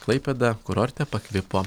klaipėda kurorte pakvipo